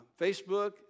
Facebook